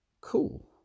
Cool